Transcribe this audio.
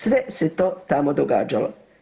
Sve se to tamo događalo.